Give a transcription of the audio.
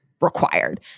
required